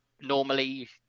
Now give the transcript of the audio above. normally